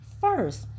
first